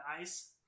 ice